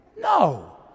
No